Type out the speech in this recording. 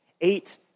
Eight